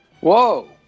Whoa